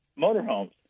motorhomes